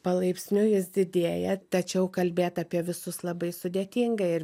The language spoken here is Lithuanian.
palaipsniui jis didėja tačiau kalbėt apie visus labai sudėtinga ir